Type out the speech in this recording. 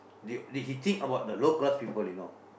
they did he think about the low class people you know